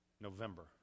November